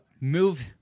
move